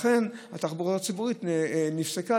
לכן התחבורה הציבורית נפסקה,